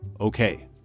Okay